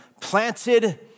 planted